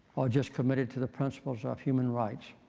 or just committed to the principles of human rights